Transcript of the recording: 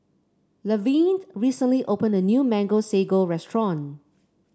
Laverne recently opened a new Mango Sago restaurant